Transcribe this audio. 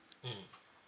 mmhmm